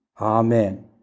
Amen